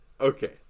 okay